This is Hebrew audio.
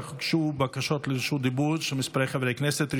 אך הוגשו בקשות לרשות דיבור של כמה חברי הכנסת.